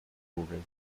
tourism